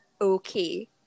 okay